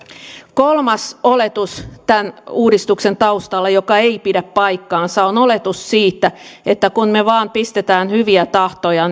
kolmas oletus tämän uudistuksen taustalla joka ei pidä paikkaansa on oletus siitä että kun me vain pistämme hyviä tahtoja